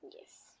Yes